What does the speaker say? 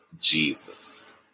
Jesus